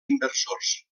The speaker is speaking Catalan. inversors